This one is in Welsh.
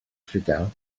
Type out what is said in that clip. llydaw